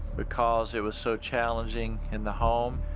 because it was so challenging in the home,